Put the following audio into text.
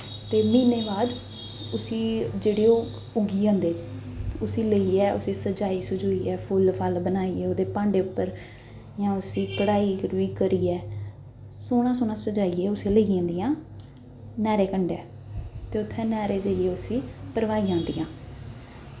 ते म्हीने बाद जिस्सी ओह् जेह्ड़े उग्गी जंदे उस्सी लेइयै उस्सी सजाई सजुइयै फुल्ल फल्ल बनाइयै ओह्दे भांडे पर इ'यां उस्सी कड़ाई कड़ुई करियै सोह्ना सोह्ना सज़ाइयै उस्सी लेई जंदियां नैह्रै कंढै ते उत्थै नैह्रै कंढै उस्सी भरवाई आंदियां